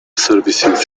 services